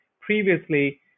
previously